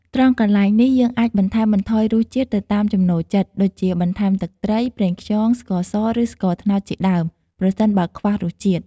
ត្រង់កន្លែងនេះ យើងអាចបន្ថែមបន្ថយរសជាតិទៅតាមចំណូលចិត្ត ដូចជា បន្ថែមទឹកត្រី ប្រេងខ្យង ស្ករស ឬ ស្ករត្នោតជាដើម ប្រសិនបើខ្វះរសជាតិ។